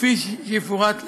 כפי שיפורט להלן.